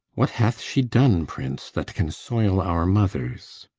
what hath she done, prince, that can soil our mothers?